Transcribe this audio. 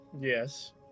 Yes